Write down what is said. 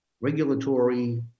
regulatory